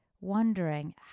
wondering